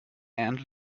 and